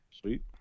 Sweet